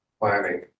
planning